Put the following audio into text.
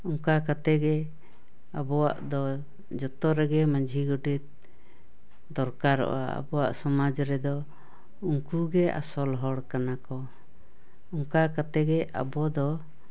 ᱚᱱᱠᱟ ᱠᱟᱛᱮᱜᱮ ᱟᱵᱚᱣᱟᱜ ᱫᱚ ᱡᱚᱛᱚ ᱨᱮᱜᱮ ᱢᱟᱹᱡᱷᱤ ᱜᱚᱰᱮᱛ ᱫᱚᱨᱠᱟᱨᱚᱜᱼᱟ ᱟᱵᱳᱣᱟᱜ ᱥᱚᱢᱟᱡ ᱨᱮᱫᱚ ᱩᱱᱠᱩᱜᱮ ᱟᱥᱚᱞ ᱦᱚᱲ ᱠᱟᱱᱟᱠᱚ ᱩᱱᱠᱟ ᱠᱟᱛᱮᱜᱮ ᱟᱵᱚᱫᱚ